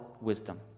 wisdom